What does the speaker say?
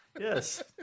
Yes